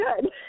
good